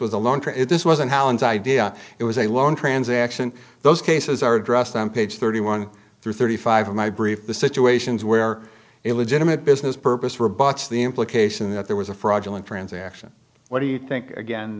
was alone this wasn't alan's idea it was a loan transaction those cases are addressed on page thirty one through thirty five of my brief the situations where illegitimate business purpose robots the implication that there was a fraudulent transaction what do you think again